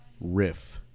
Riff